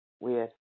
weird